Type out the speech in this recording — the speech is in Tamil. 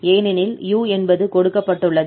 ஏனெனில் u என்பது கொடுக்கப்பட்டுள்ளது